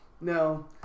No